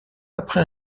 après